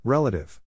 Relative